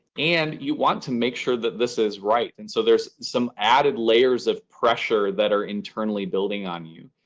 and you want to make sure that this is right. and so there's some added layers of pressure that are internally building on you.